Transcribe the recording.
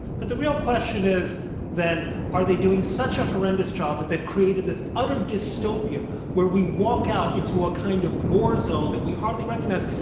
but the real question is then are they doing such a horrendous job that they've created this utter dystopia where we walk out into a kind of war zone that we hardly recognize.